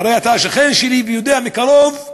הרי אתה שכן שלי ויודע מקרוב,